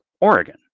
Oregon